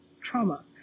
trauma